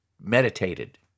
meditated